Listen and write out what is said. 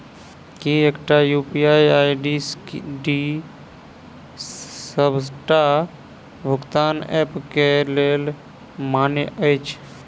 की एकटा UPI ID D सबटा भुगतान ऐप केँ लेल मान्य अछि?